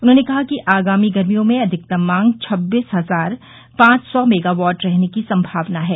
उन्होंने कहा कि आगामी गर्मियों में अधिकतम मांग छब्बीस हजार पांच सौ मेगावाट रहने की संभावना है